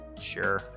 Sure